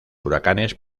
huracanes